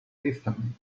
system